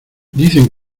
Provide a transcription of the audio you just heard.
dicen